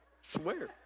swear